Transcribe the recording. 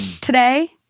today